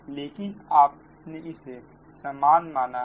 लेकिन आपने इसे समान माना है